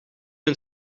een